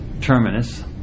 Terminus